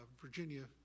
Virginia